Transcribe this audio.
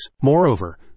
Moreover